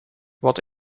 wat